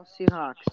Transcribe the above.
Seahawks